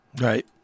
Right